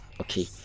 Okay